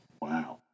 Wow